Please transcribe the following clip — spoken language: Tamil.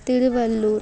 திருவள்ளூர்